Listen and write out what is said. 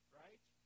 right